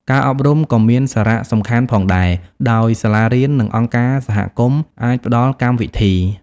ការអប់រំក៏មានសារៈសំខាន់ផងដែរ ដោយសាលារៀន និងអង្គការសហគមន៍អាចផ្ដល់កម្មវិធី។